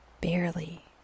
barely